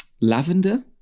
lavender